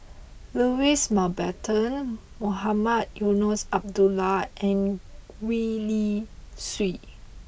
Louis Mountbatten Mohamed Eunos Abdullah and Gwee Li Sui